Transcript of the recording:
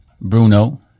Bruno